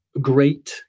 great